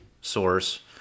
source